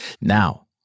Now